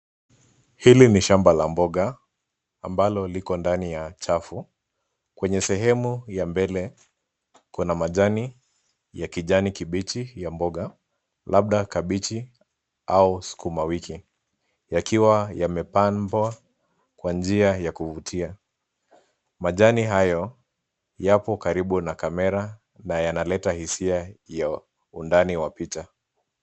Hili ni shamba la mboga ambalo liko ndani ya chafu. Kwenye sehemu ya mbele kuna majani ya kijani kibichi ya mboga, labda kabiji au sukuma wiki, yakiwa yamepambwa kwa njia ya kuvutia . Majani hayo yapo karibu na kamera na yanaleta hisia ya undani wa picha.